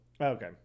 Okay